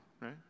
right